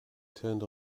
turned